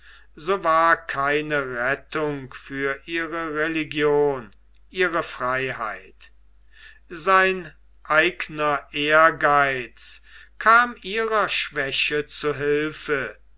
so war keine rettung für ihre religion ihre freiheit sein eigener ehrgeiz kam ihrer schwäche zu hilfe